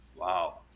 Wow